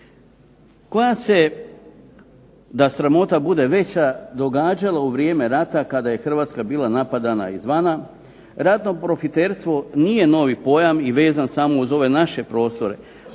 Koja se da sramota bude veća događalo u vrijeme rata kada je Hrvatska bila napadana izvana. Ratno profiterstvo nije novi pojam i vezan samo uz ove naše prostore.